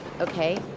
okay